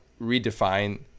redefine